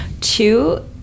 Two